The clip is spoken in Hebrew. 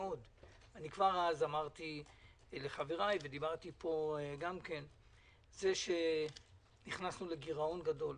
כבר אז אמרתי לחבריי: זה שנכנסנו לגירעון גדול,